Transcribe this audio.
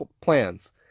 plans